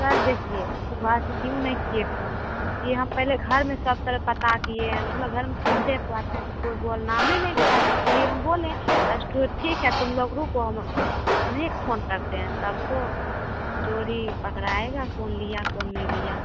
sir देखिए सुबह से क्यों नहीं किए फोन के हम पहले घर में सब तरह पता किए हम अपने घर में पूछे तो उतना अच्छा से कोइ नाम ही नहीं ले रहा तो इसलिए हम बोले एक्सकु ठीक है तुम लोग रुको हम एक फोन करते हैं तब तो चोरी पकड़ा जाएगा कौन लिया कौन नहीं लिया